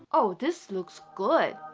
oh this looks good.